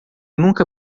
nunca